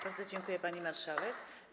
Bardzo dziękuję, pani marszałek.